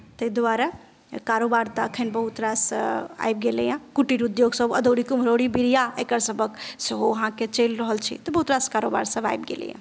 ताहि द्वारे कारोबार तऽ अखन बहुत रास आबि गेलैए कुटीर उद्योगसभ अदौड़ी कुमरौड़ी बिरिया एकरसभक सेहो अहाँकेँ चलि रहल छै तऽ बहुत रास कारोबारसभ आबि गेलैए